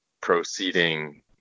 proceeding